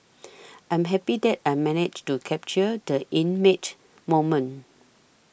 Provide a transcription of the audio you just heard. I'm happy that I managed to capture the inmate moment